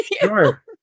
Sure